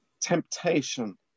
temptation